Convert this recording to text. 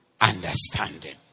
Understanding